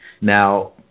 Now